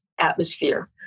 atmosphere